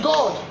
God